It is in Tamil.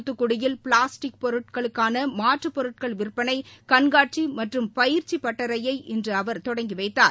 தூத்துக்குடியில் பிளாஸ்டிக் பொருட்களுக்கான மாற்று பொருட்கள் விற்பனை கண்காட்சி மற்றும் பயிற்சிப் பட்டறையை இன்று அவர் தொடங்கிவைத்தார்